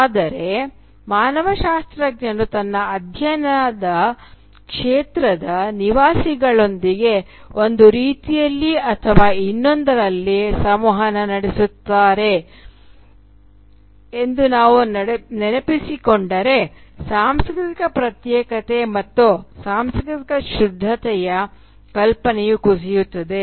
ಆದರೆ ಮಾನವಶಾಸ್ತ್ರಜ್ಞನು ತನ್ನ ಅಧ್ಯಯನ ಕ್ಷೇತ್ರದ ನಿವಾಸಿಗಳೊಂದಿಗೆ ಒಂದು ರೀತಿಯಲ್ಲಿ ಅಥವಾ ಇನ್ನೊಂದರಲ್ಲಿ ಸಂವಹನ ನಡೆಸುತ್ತಿದ್ದಾರೆ ಎಂದು ನಾವು ನೆನಪಿಸಿಕೊಂಡರೆ ಸಾಂಸ್ಕೃತಿಕ ಪ್ರತ್ಯೇಕತೆ ಮತ್ತು ಸಾಂಸ್ಕೃತಿಕ ಶುದ್ಧತೆಯ ಕಲ್ಪನೆಯು ಕುಸಿಯುತ್ತದೆ